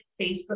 Facebook